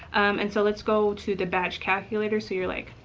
and so let's go to the batch calculator. so you're like,